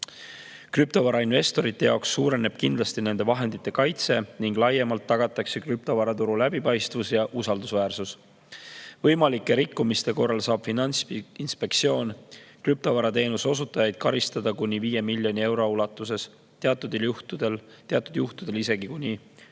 Krüptovarainvestorite jaoks suureneb kindlasti nende vahendite kaitse ning laiemalt tagatakse krüptovaraturu läbipaistvus ja usaldusväärsus. Võimalike rikkumiste korral saab Finantsinspektsioon krüptovarateenuse osutajaid karistada kuni 5 miljoni euro ulatuses, teatud juhtudel isegi kuni